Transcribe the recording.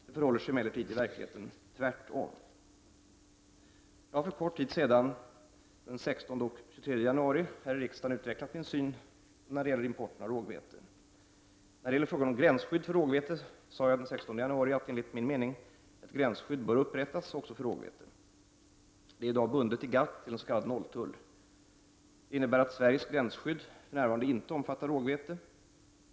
Det förhåller sig emellertid i verkligheten tvärtom. Jag har för kort tid sedan, den 16 och 23 januari, här i riksdagen utvecklat min syn beträffande importen av rågvete. När det gäller frågan om gräns skydd för rägvete sade jag den 16 januari att enligt min mening ett gränsskydd bör upprättas även för rågvete. Rågvete är i dag bundet i GATT till s.k. 0-tull. Den innebär att Sveriges gränsskydd för närvarande inte omfattar rågvete.